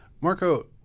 Marco